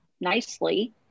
nicely